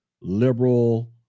liberal